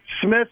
Smith